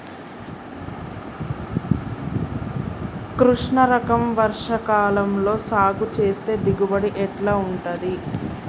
కృష్ణ రకం వర్ష కాలం లో సాగు చేస్తే దిగుబడి ఎట్లా ఉంటది?